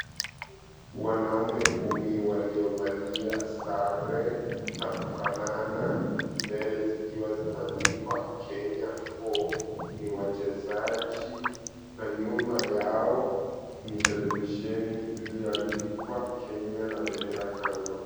Wanaume kumi waliovalia sare za kufanana mbele zikiwa zimeandikwa Kenya 4, ni wachezaji, na nyuma yao ni televisheni iliyoandikwa, Kenya na bendera kando.